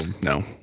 no